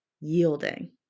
yielding